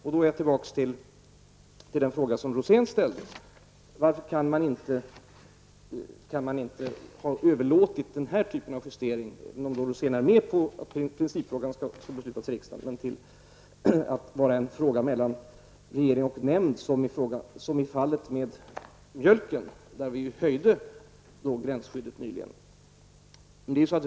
Jag är därmed tillbaka till den fråga som Bengt Rosén ställde: Varför kunde man inte ha låtit den här typen av justering -- även om beslut i principfrågan skall fattas i riksdagen -- bli en fråga mellan regering och nämnd, liksom i fallet med mjölken, där vi nyligen har höjt gränsskyddet?